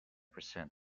percent